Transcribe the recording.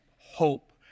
hope